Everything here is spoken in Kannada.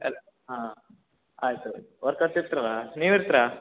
ಅಲ್ಲ ಹಾಂ ಆಯಿತು ವರ್ಕರ್ಸ್ ಇರ್ತಾರ್ ಅಲ್ಲ ನೀವು ಇರ್ತಿರ